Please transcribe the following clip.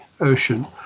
ocean